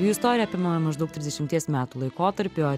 jų istorija apima maždaug trisdešimties metų laikotarpį o